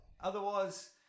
Otherwise